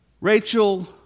Rachel